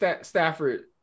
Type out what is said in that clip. stafford